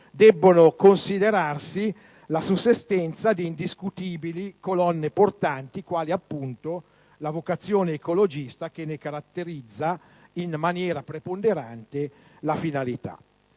debbano considerarsi la sussistenza di indiscutibili colonne portanti, quali - appunto - la vocazione ecologista che ne caratterizza in maniera preponderante la finalità.